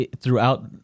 throughout